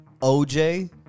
OJ